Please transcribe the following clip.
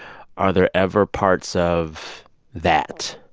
are there ever parts of that